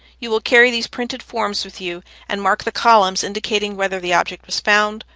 you will carry these printed forms with you and mark the columns indicating whether the object is found,